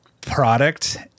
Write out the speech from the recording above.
product